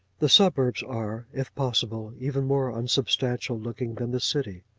the suburbs are, if possible, even more unsubstantial-looking than the city.